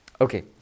Okay